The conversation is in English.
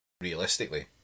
realistically